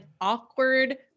awkward